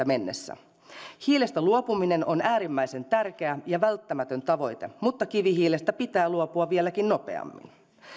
mennessä hiilestä luopuminen on äärimmäisen tärkeä ja välttämätön tavoite mutta kivihiilestä pitää luopua vieläkin nopeammin